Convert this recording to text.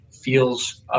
feels